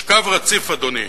יש קו רציף, אדוני,